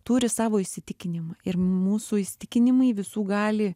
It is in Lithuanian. turi savo įsitikinimą ir mūsų įsitikinimai visų gali